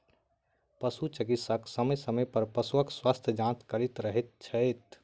पशु चिकित्सक समय समय पर पशुक स्वास्थ्य जाँच करैत रहैत छथि